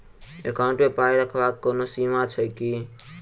Account मे पाई रखबाक कोनो सीमा छैक की?